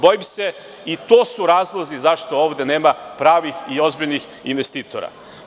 Bojim se, i to su razlozi zašto ovde nema pravih i ozbiljnih investitora.